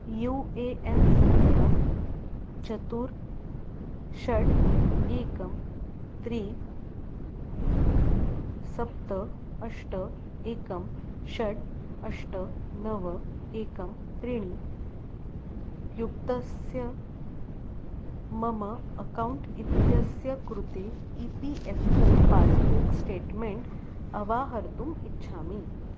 you A N सङ्ख्या चतुर् षट् एकं त्रीणि सप्त अष्ट एकं षट् अष्ट नव एकं त्रीणि युक्तस्य मम अकौण्ट् इत्यस्य कृते E P F O passbook statement अवाहर्तुम् इच्छामि